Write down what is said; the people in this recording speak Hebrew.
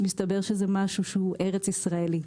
מסתבר שזה משהו שהוא ארץ ישראלי.